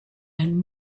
and